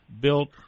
built